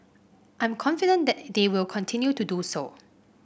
I'm confident they will continue to do so